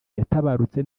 yatabarutse